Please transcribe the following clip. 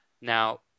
Now